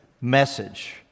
message